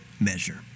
measure